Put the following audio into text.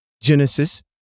Genesis